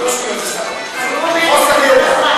זה לא שטויות, זה חוסר ידע.